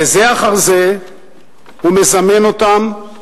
בזה אחר זה הוא מזמן אותם